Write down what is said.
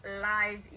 live